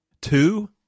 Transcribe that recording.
Two